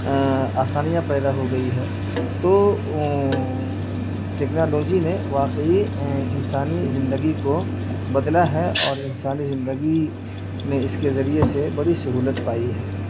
آسانیاں پیدا ہو گئی ہیں تو ٹیکنالوجی نے واقعی انسانی زندگی کو بدلا ہے اور انسانی زندگی نے اس کے ذریعے سے بڑی سہولت پائی ہے